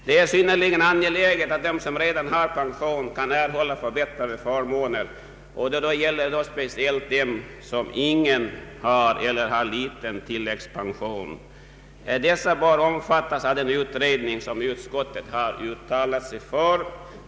Det är synnerligen angeläget att de som redan har pension kan erhålla förbättrade förmåner, och detta gäller speciellt dem som har ingen eller liten tilläggspension. Dessa bör också omfattas av den utredning som utskottet har uttalat sig för.